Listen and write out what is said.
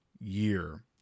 year